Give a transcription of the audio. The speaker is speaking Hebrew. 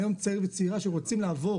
היום צעיר או צעירה שרוצים לעבור